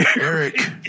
Eric